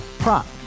Prop